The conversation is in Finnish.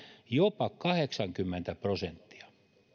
jopa kahdeksankymmentä prosenttia